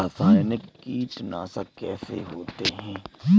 रासायनिक कीटनाशक कैसे होते हैं?